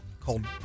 called